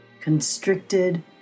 constricted